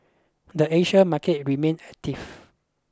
the Asian market remained active